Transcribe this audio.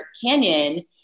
canyon